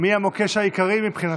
מי המוקש העיקרי, מבחינתך?